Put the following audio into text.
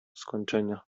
skończenia